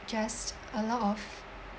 just a lot of